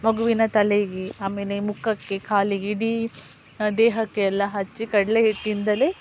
ಮಗುವಿನ ತಲೆಗೆ ಆಮೇಲೆ ಮುಖಕ್ಕೆ ಖಾಲಿಗೆ ಇಡೀ ದೇಹಕ್ಕೆ ಎಲ್ಲ ಹಚ್ಚಿ ಕಡಲೆ ಹಿಟ್ಟಿಂದಲೇ